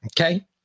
Okay